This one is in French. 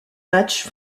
matchs